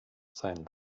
seinen